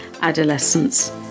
adolescence